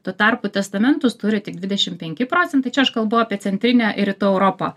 tuo tarpu testamentus turi tik dvidešim penki procentai čia aš kalbu apie centrinę ir rytų europą